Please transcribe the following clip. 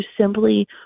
simply